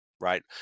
Right